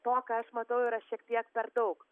to ką aš matau yra šiek tiek per daug